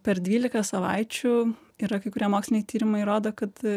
per dvylika savaičių yra kai kurie moksliniai tyrimai rodo kad